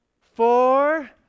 four